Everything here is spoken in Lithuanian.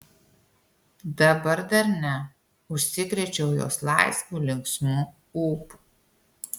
dabar dar ne užsikrėčiau jos laisvu linksmu ūpu